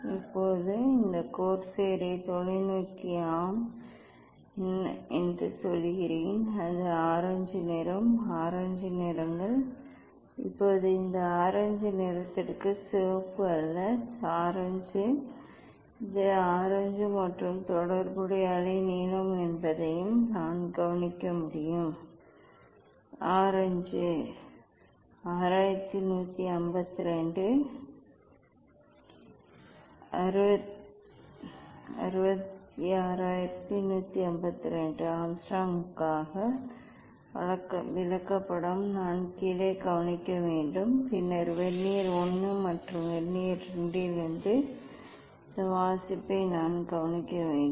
இப்போது இந்த கோர்செயரை தொலைநோக்கி ஆம் என்று சொல்கிறேன் அது ஆரஞ்சு நிறம் அது ஆரஞ்சு நிறங்கள் இப்போது இந்த ஆரஞ்சு நிறத்திற்கு இது சிவப்பு அல்ல இது ஆரஞ்சு இது ஆரஞ்சு மற்றும் அது தொடர்புடைய அலைநீளம் என்பதையும் நான் கவனிக்க முடியும் ஆரஞ்சு 6 1 5 2 6 6 1 5 2 ஆங்ஸ்ட்ரோமுக்கான விளக்கப்படம் நான் கீழே கவனிக்க வேண்டும் பின்னர் வெர்னியர் I மற்றும் வெர்னியர் II இலிருந்து இந்த வாசிப்பை நான் கவனிக்க வேண்டும்